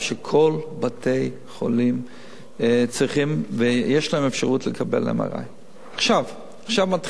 שלכל בתי-החולים יש אפשרות לקבל MRI. עכשיו מתחיל,